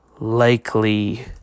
likely